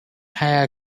hair